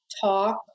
talk